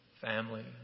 family